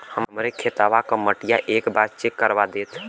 हमरे खेतवा क मटीया एक बार चेक करवा देत?